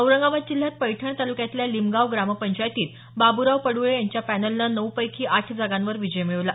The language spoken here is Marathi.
औरंगाबाद जिल्ह्यात पैठण ताल्क्यातल्या लिंबगाव ग्रामपंचायतीत बाब्राव पड्ळे यांच्या पॅनलनं नऊ पैकी आठ जागांवर विजय मिळवला